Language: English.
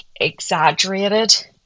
exaggerated